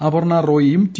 അപർണ റോയിയും ടി